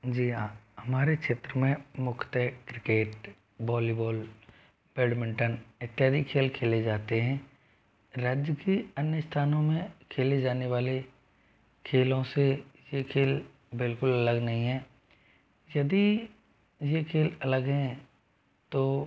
जी हाँ हमारे क्षेत्र में मुख्यतः क्रिकेट बॉलीबॉल बेडमिंटन इत्यादि खेल खेले जाते हैं राज्य के अन्य स्थानों में खेले जाने वाले खेलों से ये खेल बिल्कुल अलग नहीं है यदि ये खेल अलग हैं तो